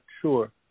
sure